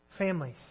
Families